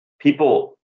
people